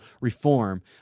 reform